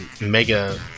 mega